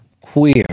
queer